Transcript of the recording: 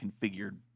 configured